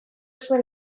zuen